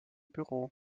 büro